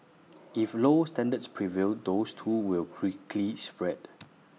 if low standards prevail those too will quickly spread